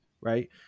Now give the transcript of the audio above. right